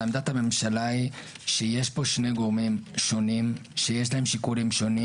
לדוגמה: חוק שירותים פנסיוניים,